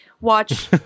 watch